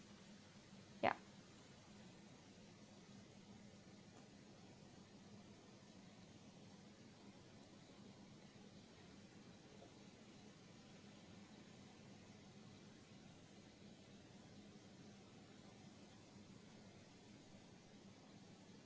yup